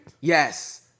Yes